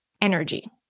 energy